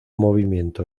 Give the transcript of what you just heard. movimiento